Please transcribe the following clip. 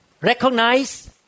Recognize